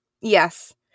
Yes